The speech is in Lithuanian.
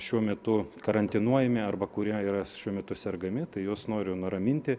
šiuo metu karantinuojami arba kurie yra šiuo metu sergami tai juos noriu nuraminti